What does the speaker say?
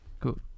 Cool